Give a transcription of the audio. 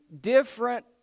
different